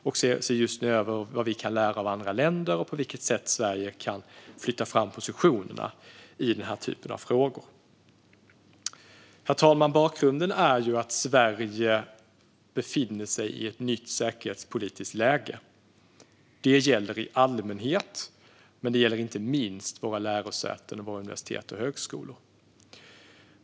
Vi ser också över vad vi kan lära av andra länder och på vilket sätt Sverige kan flytta fram positionerna i den här typen av frågor. Herr talman! Bakgrunden är att Sverige befinner sig i ett nytt säkerhetspolitiskt läge. Det gäller i allmänhet, men det gäller inte minst våra lärosäten, våra universitet och högskolor.